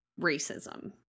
racism